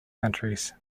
countries